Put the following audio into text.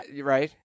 Right